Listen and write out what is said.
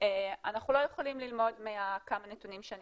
אנחנו לא יכולים ללמוד מכמה הנתונים שאני